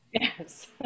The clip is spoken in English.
Yes